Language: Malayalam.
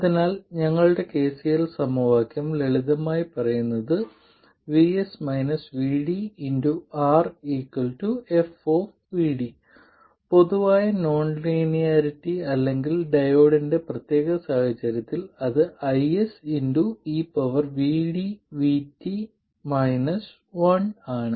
അതിനാൽ ഞങ്ങളുടെ KCL സമവാക്യം ലളിതമായി പറയുന്നത് R f പൊതുവായ നോൺലീനിയറിറ്റി അല്ലെങ്കിൽ ഡയോഡിന്റെ പ്രത്യേക സാഹചര്യത്തിൽ അത് IS ആണ്